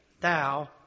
thou